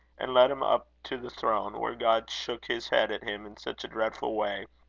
and led him up to the throne, where god shook his head at him in such a dreadful way,